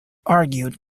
argued